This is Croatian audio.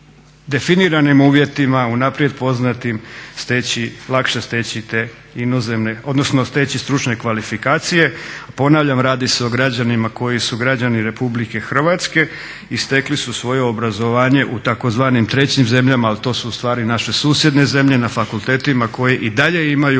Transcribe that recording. definiranim uvjetima, unaprijed poznatim lakše steći te inozemne odnosno steći stručne kvalifikacije. Ponavljam radi se o građanima koji su građani RH i stekli su svoje obrazovanje u tzv. trećim zemljama, a to su ustvari naše susjedne zemlje na fakultetima koji i dalje imaju